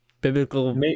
biblical